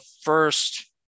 first